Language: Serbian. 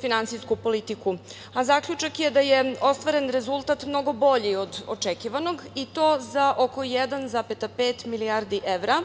finansijsku politiku, a zaključak je da je ostvaren rezultat mnogo bolji od očekivanog i to za oko 1,5 milijardi evra